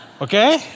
okay